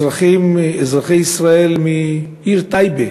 אזרחי ישראל מהעיר טייבה